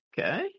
Okay